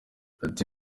ati